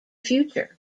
future